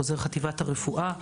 חוזר חטיבת הרפואה,